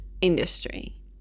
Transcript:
industry